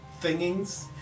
thingings